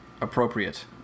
appropriate